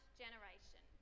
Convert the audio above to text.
generation